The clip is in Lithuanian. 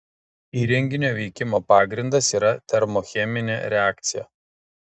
įrenginio veikimo pagrindas yra termocheminė reakcija